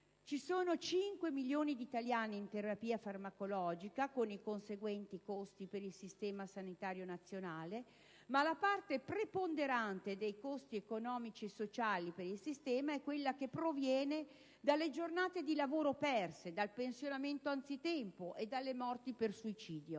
Ci sono 5 milioni di italiani in terapia farmacologica, con i conseguenti costi per il sistema sanitario nazionale, ma la parte preponderante dei costi economici e sociali per il sistema è quella che proviene dalle giornate di lavoro perse, dal pensionamento anzitempo e dalle morti per suicidio.